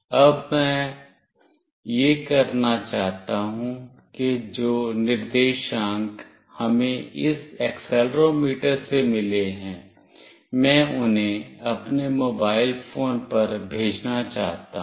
अब मैं यह करना चाहता हूं कि जो निर्देशांक हमें इस एक्सीलरोमीटर से मिले हैं मैं उन्हें अपने मोबाइल फोन पर भेजना चाहता हूं